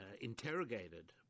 interrogated